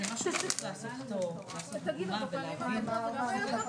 הציגו כאן את העמדות.